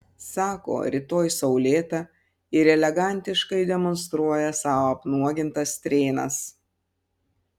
sako rytoj saulėta ir elegantiškai demonstruoja savo apnuogintas strėnas